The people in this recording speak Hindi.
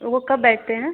वे कब बैठते हैं